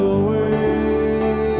away